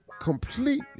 completely